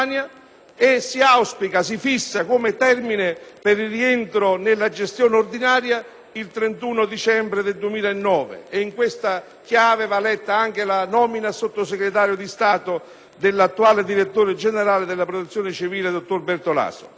anniversario, e si fissa come termine per il rientro nella gestione ordinaria il 31 dicembre 2009. In questa chiave va letta anche la nomina a Sottosegretario di Stato dell'attuale direttore generale della Protezione civile dottor Bertolaso.